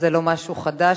זה לא משהו חדש,